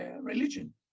religion